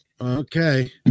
Okay